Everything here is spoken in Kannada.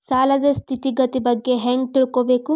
ಸಾಲದ್ ಸ್ಥಿತಿಗತಿ ಬಗ್ಗೆ ಹೆಂಗ್ ತಿಳ್ಕೊಬೇಕು?